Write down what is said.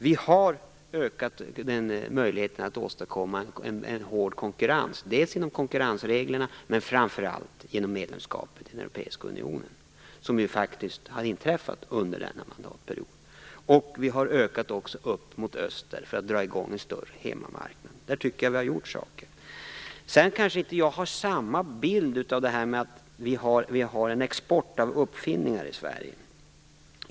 Vi har ökat möjligheterna att åstadkomma en hård konkurrens, dels genom konkurrensreglerna, dels genom medlemskapet i den europeiska unionen. Vi har också öppnat mot öster för att skapa en större hemmamarknad. Jag har kanske inte samma bild av att vi har haft en export av uppfinningar från Sverige.